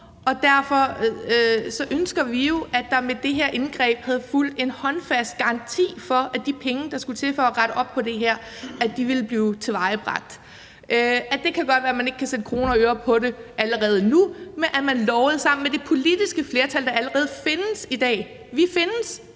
og derfor ønsker vi jo, at der med det her indgreb havde fulgt en håndfast garanti for, at de penge, der skulle til for at rette op på det her, ville blive tilvejebragt. Det kan godt være, at man ikke kan sætte kroner og øre på det allerede nu, men man kan godt sammen med det politiske flertal, der allerede findes i dag, finde